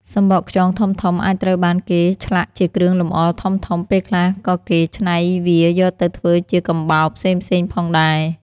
សំបកខ្យងធំៗអាចត្រូវបានគេឆ្លាក់ជាគ្រឿងលម្អធំៗ ពេលខ្លះក៏គេច្នៃវាយកទៅធ្វើជាកំបោរផ្សេងៗផងដែរ។